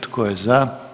Tko je za?